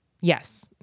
Yes